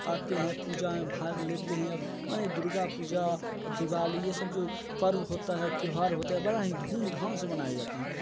आते हैं पूजा में भाग लेते हैं और दुर्गा पूजा और दिवाली यह सब जो पर्व होता है त्योहार होता है बड़ा ही धूमधाम से मनाए जाते हैं